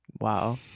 Wow